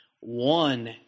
one